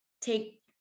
take